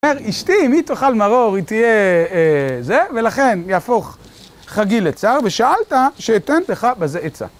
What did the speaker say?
אומר, אשתי, אם היא תאכל מרור, היא תהיה זה, ולכן יהפוך חגי לצער, ושאלת, שאתן לך בזה עיצה.